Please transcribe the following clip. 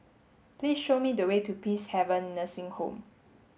please show me the way to Peacehaven Nursing Home